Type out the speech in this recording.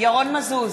ירון מזוז,